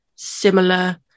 similar